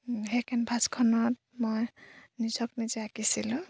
সেই কেনভাছখনত মই নিজক নিজে আঁকিছিলোঁ